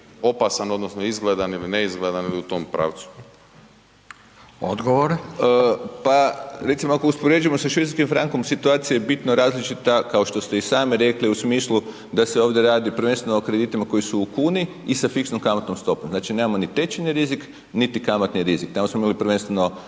opasan odnosno izgledan, ili neizgledan, ili u tom pravcu. **Radin, Furio (Nezavisni)** Odgovor. **Vujčić, Boris** Pa recimo ako uspoređujemo sa švicarskim frankom, situacija je bitno različita, kao što ste i sami rekli, u smislu da se ovdje radi prvenstveno o kreditima koji su u kuni i sa fiksnom kamatnom stopom. Znači nemamo ni tečajni rizik, niti kamatni rizik. Tamo smo imali prvenstveno